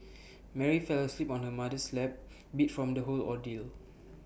Mary fell asleep on her mother's lap beat from the whole ordeal